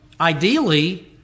ideally